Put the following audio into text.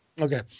Okay